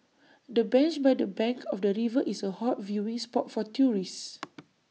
the bench by the bank of the river is A hot viewing spot for tourists